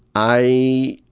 i